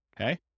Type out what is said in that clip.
okay